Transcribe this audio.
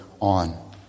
on